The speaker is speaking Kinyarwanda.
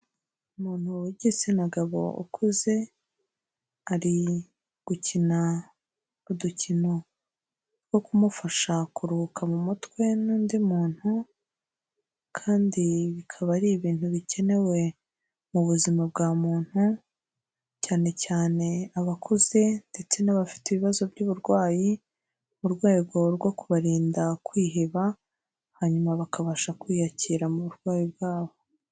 Umuntu w'igitsina gabo ukuze ari gukina udukino two kumufasha kuruhuka mu mutwe n'undi muntu kandi bikaba ari ibintu bikenewe mu buzima bwa muntu, cyane cyane abakuze ndetse n'abafite ibibazo by'uburwayi mu rwego rwo kubarinda kwiheba hanyuma bakabasha kwiyakira mu burwayi bwabo.